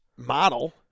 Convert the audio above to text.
model